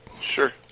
Sure